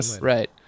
Right